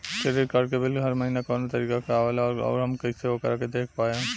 Credit card के bill हर महीना कौना तारीक के आवेला और आउर हम कइसे ओकरा के देख पाएम?